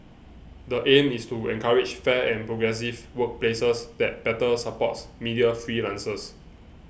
the aim is to encourage fair and progressive workplaces that better supports media freelancers